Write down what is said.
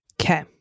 Okay